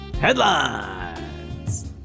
Headlines